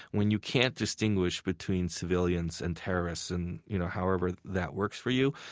when you can't distinguish between civilians and terrorists and you know however that works for you,